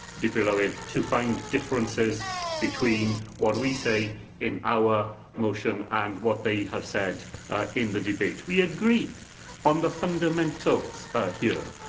dirprwy lywydd, to find differences between what we say in our motion and what they have said in the debate. we agree on the fundamentals here,